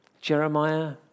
Jeremiah